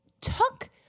took